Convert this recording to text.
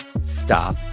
stop